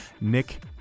Nick